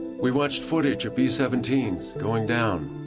we watched footage of b seventeen s going down,